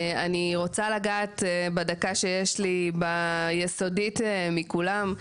אני רוצה לגעת בדקה שיש לי ביסודית מכולן.